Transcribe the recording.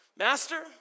Master